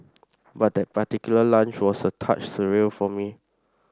but that particular lunch was a touch surreal for me